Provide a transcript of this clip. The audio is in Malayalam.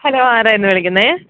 ഹലോ ആരായിരുന്നു വിളിക്കുന്നത്